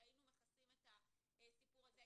היינו מכסים את הסיפור הזה.